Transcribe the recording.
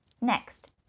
Next